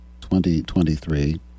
2023